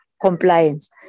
compliance